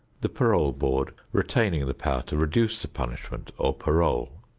the parole board retaining the power to reduce the punishment or parole.